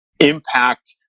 impact